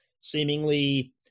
seemingly